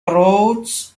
wrote